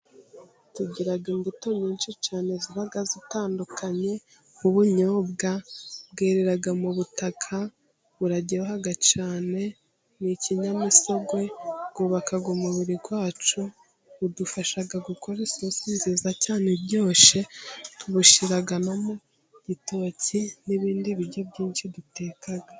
Tugira imbuto nyinshi cyane ziba zitandukanye, nk'ubunyobwa bwerera mu butaka, buraryoha cyane, ni ikinyamisogwe, bwubaka umubiri wacu, budufasha gukora isosi nziza cyane, iryoshye, tubushyira mu gitoki, n'ibindi biryo byinshi duteka.